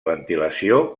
ventilació